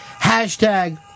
Hashtag